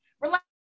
Relax